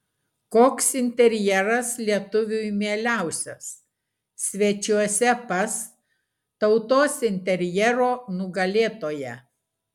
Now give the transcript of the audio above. koks interjeras lietuviui mieliausias svečiuose pas tautos interjero nugalėtoją